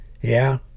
Yeah